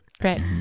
Great